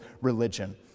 religion